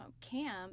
camp